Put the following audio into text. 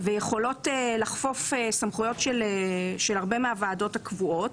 ויכולות לחפוף סמכויות של הרבה מהוועדות הקבועות.